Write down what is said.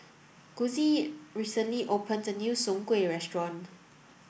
Gussie recently open the new Soon Kway restaurant